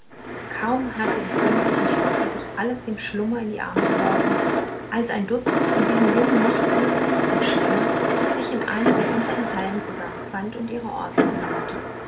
kaum hatte im königlichen schlosse sich alles dem schlummer in die arme geworfen als ein dutzend von diesen jungen nichtsnutzen und schlemmern sich in einer der untern hallen zusammenfand und ihre orgie feierte